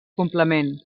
complement